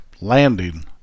landing